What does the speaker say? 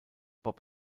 bob